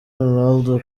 ronaldo